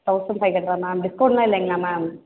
thousand five ஹண்ட்ரடாக ma'am discount எல்லாம் இல்லைங்களா மேம்